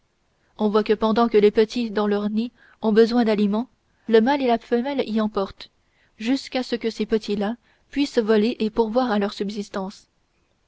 on voit que pendant que les petits dans leur nid ont besoin d'aliments le mâle et la femelle y en portent jusqu'à ce que ces petits là puissent voler et pourvoir à leur subsistance